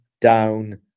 down